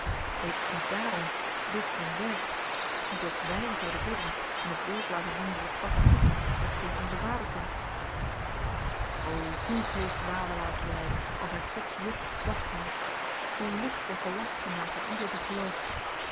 heet het niet daarom bidt en werkt opdat wy zouden bidden en t werk laten doen door t zwarte goedje dat geen onze vader kent o hoe heeft wawelaar gelyk als hy gods juk zacht noemt hoe licht wordt de last gemaakt aan ieder die gelooft